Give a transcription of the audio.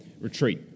Retreat